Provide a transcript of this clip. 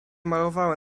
malowały